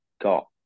got